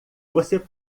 você